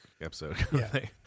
episode